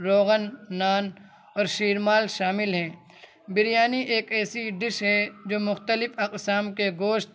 روغن نان اور شیرمال شامل ہیں بریانی ایک ایسی ڈش ہے جو مختلف اقسام کے گوشت